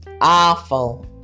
Awful